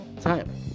time